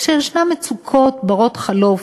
כשישנן מצוקות בנות-חלוף,